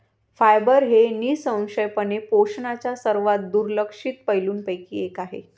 fibre हे निःसंशयपणे पोषणाच्या सर्वात दुर्लक्षित पैलूंपैकी एक आहे